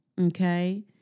okay